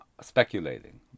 speculating